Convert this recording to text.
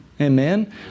Amen